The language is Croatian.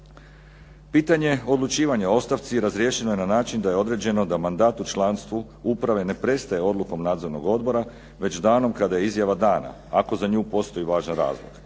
Pitanje odlučivanja o ostavci razriješeno je na način da je određeno da mandat u članstvu uprave ne prestaje odlukom nadzornog odbora već danom kada je izjava dana ako za nju postoji važan razlog.